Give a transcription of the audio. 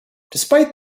despite